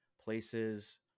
places